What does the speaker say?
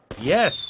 Yes